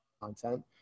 content